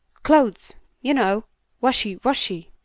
clothes you know washy washy.